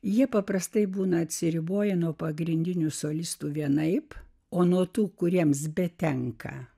jie paprastai būna atsiriboję nuo pagrindinių solistų vienaip o nuo tų kuriems betenka